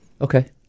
Okay